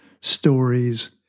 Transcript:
stories